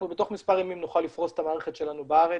אנחנו בתוך מספר ימים נוכל לפרוש את המערכת שלנו בארץ,